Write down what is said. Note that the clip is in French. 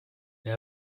mais